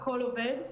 הכול עובד.